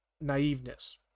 naiveness